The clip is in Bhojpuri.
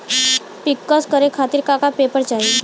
पिक्कस करे खातिर का का पेपर चाही?